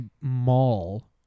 mall